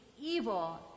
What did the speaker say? evil